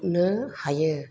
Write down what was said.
गुरनो हायो